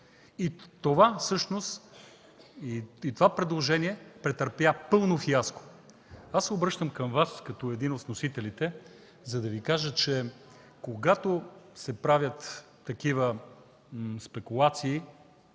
И това предложение претърпя пълно фиаско. Аз се обръщам към Вас, като един от вносителите, за да Ви кажа, че когато се правят такива спекулации